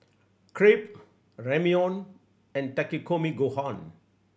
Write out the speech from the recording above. Crepe Ramyeon and Takikomi Gohan